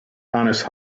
honest